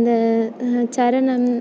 இந்த சரணம்